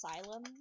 Asylum